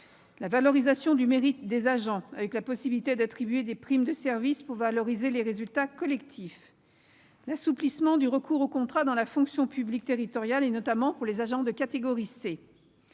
la valorisation du mérite des agents, avec la possibilité d'attribuer des primes de service pour mettre en avant les résultats collectifs ; l'assouplissement du recours aux contrats dans la fonction publique territoriale, notamment pour les agents de catégorie C